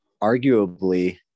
arguably